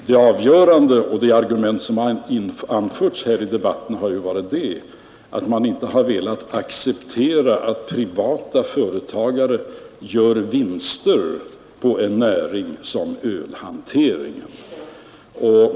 Det avgörande och det argument som anförts här i debatten har ju varit att man inte velat acceptera att privata företagare gör vinster på en näring som ölhanteringen.